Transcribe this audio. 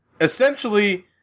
essentially